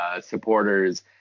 supporters